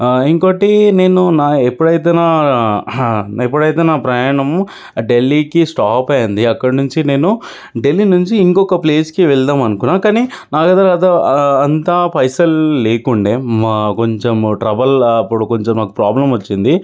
ఇంకోటి నేను నా ఎప్పుడైతే నా ఎప్పుడైతే నా ప్రయాణము ఢిల్లీకి స్టాప్ అయ్యింది అక్కడి నుంచి నేను ఢిల్లీ నుంచి ఇంకొక ప్లేస్కి వెళ్దాం అనుకున్నాను కానీ నా దగ అంత పైసలు లేకుండే మా కొంచము ట్రబుల్ అప్పుడు నాకు కొంచెం ప్రాబ్లం వచ్చింది